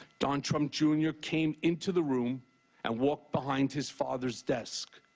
don trump jr. came into the room and walked behind his father's desk,